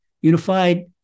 Unified